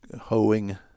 hoeing